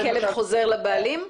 ואז הכלב חוזר לבעלים?